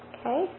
Okay